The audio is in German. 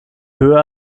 höher